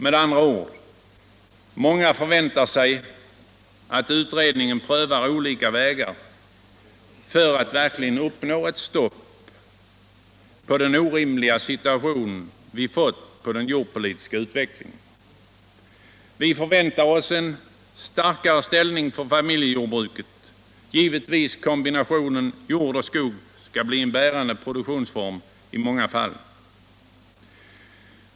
Med andra ord: Många förväntar sig att utredningen prövar olika vägar debatt debatt för att verkligen uppnå eu stopp för den orimliga utveckling vi fått på det jordpolitiska området. Vi förväntar oss en starkare ställning för familjejordbruket och givetvis att kombinationen jord-skog skall bli en bärande produktionsform i många fall.